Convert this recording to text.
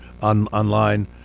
online